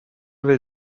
will